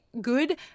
good